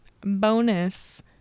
bonus